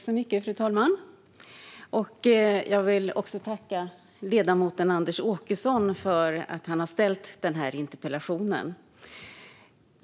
Fru talman! Jag vill tacka ledamoten Anders Åkesson för att han har ställt denna interpellation.